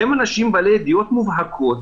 הם אנשים בעלי ידיעות מובהקות